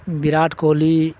Virat Kohli